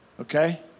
Okay